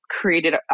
created